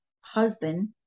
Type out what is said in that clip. husband